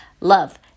Love